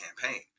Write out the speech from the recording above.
campaign